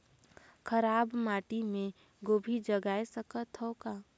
खराब माटी मे गोभी जगाय सकथव का?